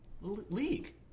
league